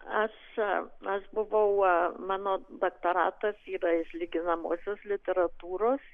aš aš buvau mano daktoratas yra iš lyginamosios literatūros